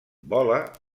vola